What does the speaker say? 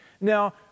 Now